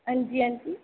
हां जी हां जी